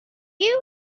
you